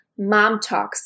MOMTALKS